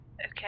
Okay